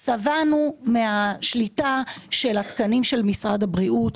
שבענו מהשליטה של התקנים של משרד הבריאות.